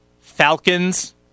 Falcons